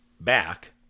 back